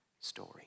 story